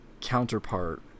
counterpart